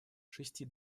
шести